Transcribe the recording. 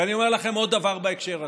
ואני אומר לכם עוד דבר בהקשר הזה: